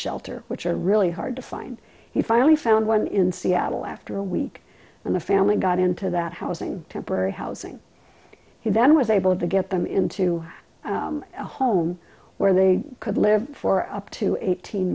shelter which are really hard to find he finally found one in seattle after a week and the family got into that housing temporary housing he then was able to get them into a home where they could live for up to eighteen